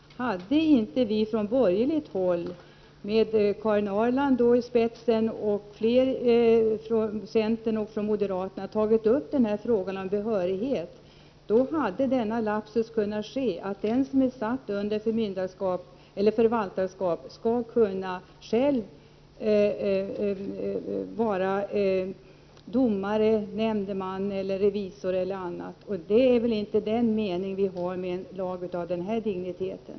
Om inte vi från borgerligt håll med Karin Ahrland i spetsen tillsammans med ledamöter från centern och moderaterna tagit upp frågan om behörighet, hade denna lapsus kunnat slinka igenom att den som är satt under förvaltarskap själv skulle kunna vara domare, nämndeman, revisor m.m. Den meningen har vi väl ändå inte med en lag av denna dignitet.